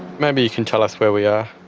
maybe you can tell us where we are.